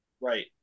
Right